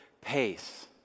pace